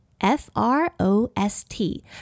F-R-O-S-T